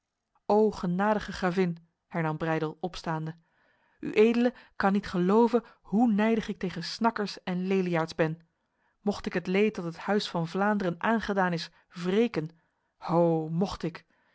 o genadige gravin hernam breydel opstaande uedele kan niet geloven hoe nijdig ik tegen snakkers en leliaards ben mocht ik het leed dat het huis van vlaanderen aangedaan is wreken ho mocht ik